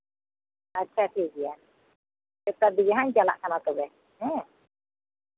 ᱟᱪᱪᱷᱟ ᱴᱷᱤᱠ ᱜᱮᱭᱟ ᱪᱟᱨᱴᱟ ᱫᱤᱠᱮ ᱦᱟᱸᱜ ᱪᱟᱞᱟᱜ ᱠᱟᱱᱟ ᱛᱚᱵᱮ ᱦᱮᱸ